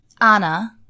Anna